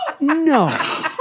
No